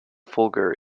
folger